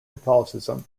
catholicism